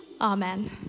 Amen